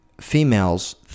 females